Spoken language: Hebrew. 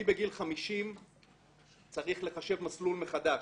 אני בגיל 50 צריך לחשב מסלול מחדש,